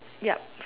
ya